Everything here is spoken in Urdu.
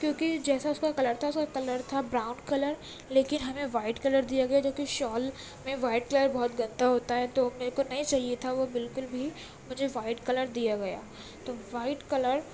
کیونکہ جیسا اُس کا کلر تھا سو کلر تھا براؤن کلر لیکن ہمیں وائٹ کلر دیا گیا جو کہ شال میں وائٹ کلر بہت گندہ ہوتا ہے تو میرے کو نہیں چاہیے تھا وہ بالکل بھی مجھے وائٹ کلر دیا گیا تو وائٹ کلر